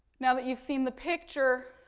now that you've seen the picture,